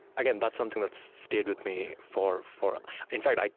again, that's something that's stayed with me for for um in fact, like